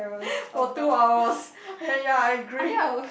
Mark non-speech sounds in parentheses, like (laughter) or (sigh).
(laughs) for two hours ah ya ya I agree